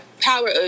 power